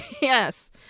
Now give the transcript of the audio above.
Yes